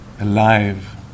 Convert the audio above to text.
alive